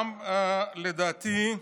לדעתי,